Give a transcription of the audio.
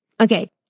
Okay